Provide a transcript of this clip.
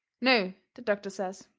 no, the doctor says,